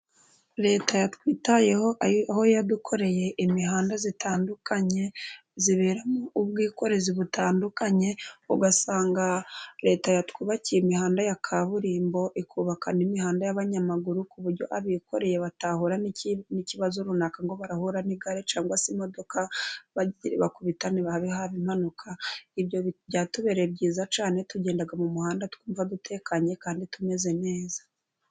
Leta yatwitayeho aho yadukoreye imihanda itandukanye iberamo ubwikorezi butandukanye, ugasanga leta yatwubakiye imihanda ya kaburimbo ikubaka n' imihanda y'abanyamaguru, ku buryo abikoreye batahura n'ikibazo runaka ngo barahura n'igare cyangwa se imodoka bakubitane habe haba impanuka. Ibyo byatubereye byiza cyane tugenda mu muhanda twumva dutekanye kandi tumeze neza.